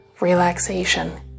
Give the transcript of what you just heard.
relaxation